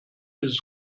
ist